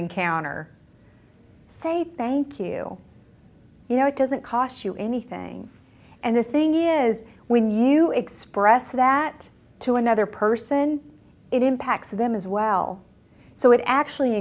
encounter say thank you you know it doesn't cost you anything and the thing is when you express that to another person it impacts them as well so it actually